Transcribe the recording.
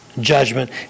judgment